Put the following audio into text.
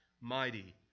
mighty